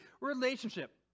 relationship